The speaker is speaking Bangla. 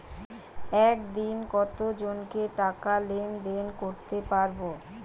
একদিন কত জনকে টাকা লেনদেন করতে পারবো?